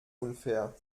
unfair